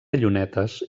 llunetes